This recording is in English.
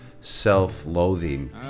self-loathing